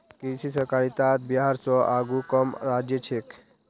कृषि सहकारितात बिहार स आघु कम राज्य छेक